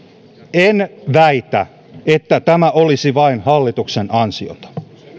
en väitä että tämä olisi vain hallituksen ansiota